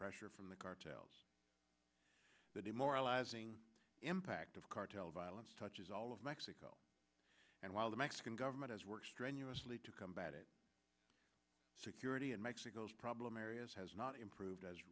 pressure from the cartels the demoralizing impact of cartel violence touches all of mexico and while the mexican government as work strenuously to combat it security and mexico's problem areas has not improved as